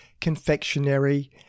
confectionery